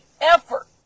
effort